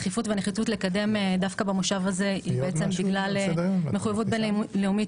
הדחיפות והנחיצות לקדם דווקא במושב הזה היא בגלל מחויבות בין לאומית